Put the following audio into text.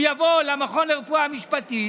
הוא יבוא למכון לרפואה משפטית